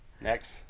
Next